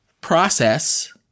process